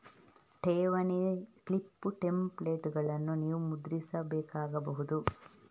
ಠೇವಣಿ ಸ್ಲಿಪ್ ಟೆಂಪ್ಲೇಟುಗಳನ್ನು ನೀವು ಮುದ್ರಿಸಬೇಕಾಗಬಹುದು